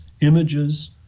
images